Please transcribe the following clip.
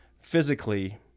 physically